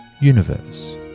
Universe